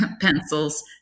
pencils